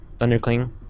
thundercling